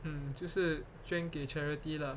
嗯就是捐给 charity lah